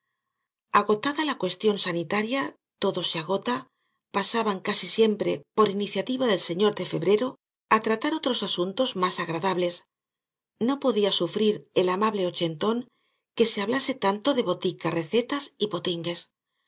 agotada la cuestión sanitaria todo se agota pasaban casi siempre por iniciativa del señor de febrero á tratar otros asuntos más agradables no podía sufrir el amable ochentón que se hablase tanto de botica recetas y potingues